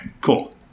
Cool